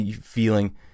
feeling